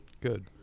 Good